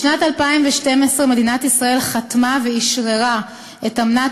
בשנת 2012 מדינת ישראל חתמה ואשררה את אמנת